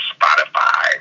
Spotify